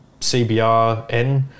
CBRN